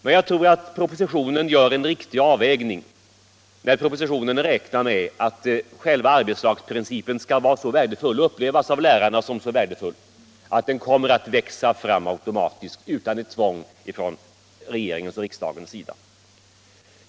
Men jag tror att man i propositionen har gjort en riktig avvägning, när man räknat med att själva arbetslagsprincipen av lärarna skall upplevas som så värdefull, att detta kommer att växa fram automatiskt utan något tvång från regeringen och riksdagen.